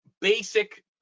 basic